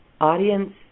audience